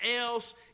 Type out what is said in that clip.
else